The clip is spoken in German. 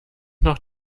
noch